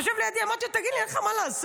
הוא יושב לידי, אמרתי לו: אין לך מה לעשות?